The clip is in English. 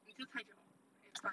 你吃菜就好 and 饭